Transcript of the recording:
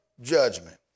judgment